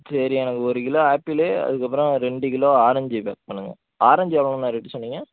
சரி எனக்கு ஒரு கிலோ ஆப்பிளு அதுக்கப்புறம் ரெண்டு கிலோ ஆரஞ்சு பேக் பண்ணுங்க ஆரஞ்சு எவ்வளோண்ணா ரேட்டு சொன்னீங்க